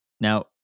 now